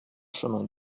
chemin